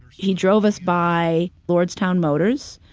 he drove us by lordstown motors,